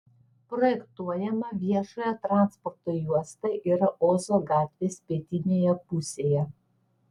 projektuojama viešojo transporto juosta yra ozo gatvės pietinėje pusėje